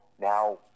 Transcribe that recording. now